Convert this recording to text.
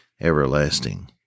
everlasting